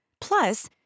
Plus